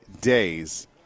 days